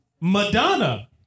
Madonna